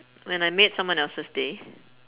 when I made someone else's day